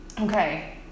okay